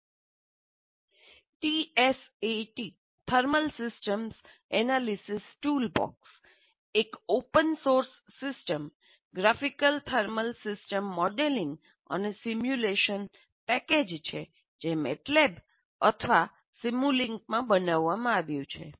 TSAT thermal systems analysis toolbox એક open source system graphical thermal system modelling અને simulation package છે જે MATLAB અથવા સિમુલિંકમાં બનાવવામાં આવ્યું છે